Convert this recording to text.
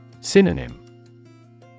Synonym